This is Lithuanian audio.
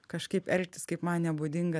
kažkaip elgtis kaip man nebūdinga